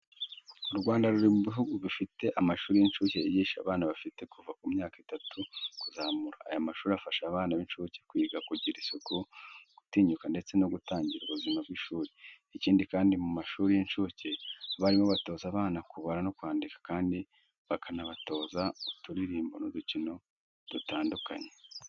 U Rwanda ruri mu bihugu bifite amashuri y'incuke yigisha abana bafite kuva ku myaka itatu kuzamura, aya mashuri afasha abana b'incuke kwiga kugira isuku, gutinyuka ndetse no gutangira ubuzima bw'ishuri. Ikindi kandi mu mashuri y'incuke abarimu batoza abana kubara no kwandika kandi bakanabatoza uturirimbo n'udukino dutandukanye.